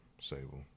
Sable